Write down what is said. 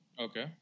Okay